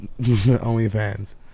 OnlyFans